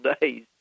days